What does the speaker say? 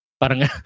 Parang